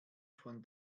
von